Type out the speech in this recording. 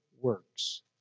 works